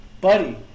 buddy